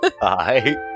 Bye